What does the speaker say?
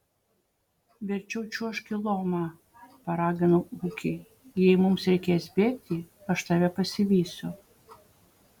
verčiau čiuožk į lomą paraginau ūkį jei mums reikės bėgti aš tave pasivysiu